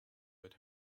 with